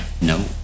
No